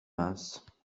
minces